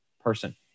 person